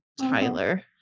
Tyler